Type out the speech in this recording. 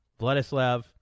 Vladislav